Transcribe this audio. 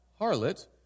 Harlot